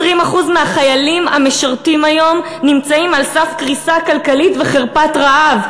20% מהחיילים המשרתים היום נמצאים על סף קריסה כלכלית וחרפת רעב.